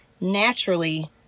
naturally